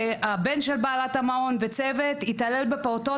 הבן של בעלת המעון והצוות התעללו בפעוטות